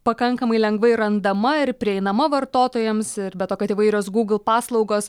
pakankamai lengvai randama ir prieinama vartotojams ir be to kad įvairios google paslaugos